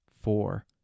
four